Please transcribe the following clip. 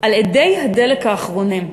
על אדי הדלק האחרונים.